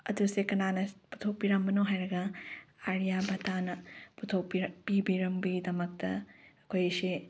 ꯑꯗꯨꯁꯦ ꯀꯅꯥꯅ ꯄꯨꯊꯣꯛꯄꯤꯔꯝꯕꯅꯣ ꯍꯥꯏꯔꯒ ꯑꯥꯔꯤꯌꯥꯕꯠꯇꯅ ꯄꯨꯊꯣꯛꯄꯤꯕꯤꯔꯝꯕꯒꯤꯗꯃꯛꯇ ꯑꯩꯈꯣꯏꯁꯦ